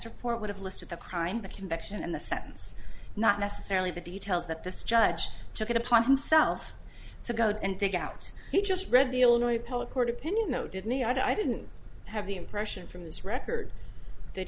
report would have listed the crime the conviction and the sentence not necessarily the details that this judge took it upon himself to go and dig out he just read the illinois appellate court opinion no did me i didn't have the impression from his record that